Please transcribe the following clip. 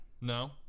no